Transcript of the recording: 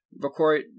Record